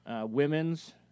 women's